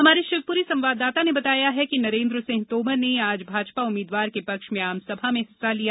हमारे शिवपुरी संवाददाता ने बताया कि नरेन्द्र सिंह तोमर ने आज भाजपा उम्मीदवार के पक्ष में आमसभा में हिस्सा लिया